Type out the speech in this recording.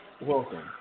Welcome